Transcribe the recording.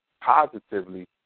positively